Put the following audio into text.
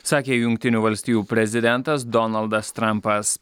sakė jungtinių valstijų prezidentas donaldas trumpas